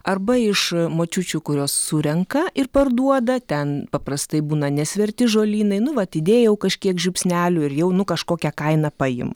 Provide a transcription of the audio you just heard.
arba iš močiučių kurios surenka ir parduoda ten paprastai būna nesverti žolynai nu vat įdėjau kažkiek žiupsnelių ir jau nu kažkokią kaina paimu